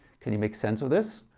can you make sense of this?